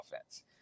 offense